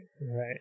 right